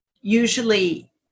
usually